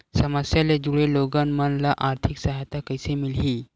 समस्या ले जुड़े लोगन मन ल आर्थिक सहायता कइसे मिलही?